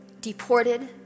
deported